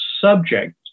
subject